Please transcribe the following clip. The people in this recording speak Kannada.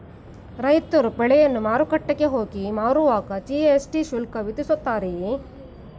ರೈತರು ಬೆಳೆಯನ್ನು ಮಾರುಕಟ್ಟೆಗೆ ಹೋಗಿ ಮಾರುವಾಗ ಜಿ.ಎಸ್.ಟಿ ಶುಲ್ಕ ವಿಧಿಸುತ್ತಾರೆಯೇ?